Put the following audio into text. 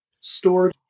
stored